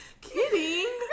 Kidding